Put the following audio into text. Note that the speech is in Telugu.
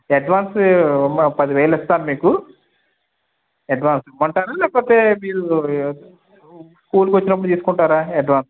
అడ్వాన్సు పది వేలు ఇస్తాను మీకు అడ్వాన్సు ఇవ్వమంటారా లేకపోతే మీరు స్కూల్కి వచ్చినప్పుడు తీసుకుంటారా అడ్వాన్సు